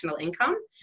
income